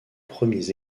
premiers